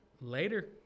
Later